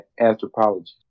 Anthropology